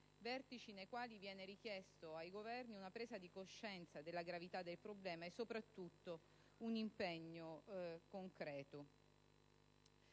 vertici nei quali viene richiesto ai Governi una presa di coscienza della gravità del problema e, soprattutto, un impegno concreto.